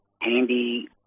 Handy